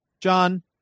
John